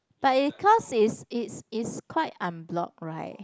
but it cause is it is quite unblock right